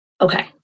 Okay